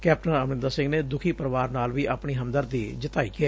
captain Amarinder Singh ਨੇ ਦੁਖੀ ਪਰਿਵਾਰ ਨਾਲ ਵੀ ਆਪਣੀ ਹਮਦਰਦੀ ਜਤਾਈ ਏ